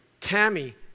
Tammy